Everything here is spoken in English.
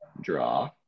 draw